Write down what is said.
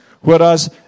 whereas